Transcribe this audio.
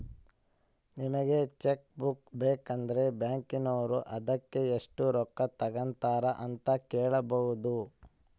ನಿಮಗೆ cheque book ಬೇಕಂದ್ರ ಬ್ಯಾಕಿನೋರು ಅದಕ್ಕೆ ಎಷ್ಟು ರೊಕ್ಕ ತಂಗತಾರೆ ಅಂತ ಕೇಳಬೊದು